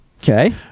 Okay